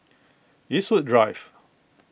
Eastwood Drive